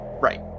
Right